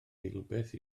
eilbeth